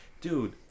dude